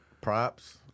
Props